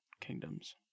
kingdoms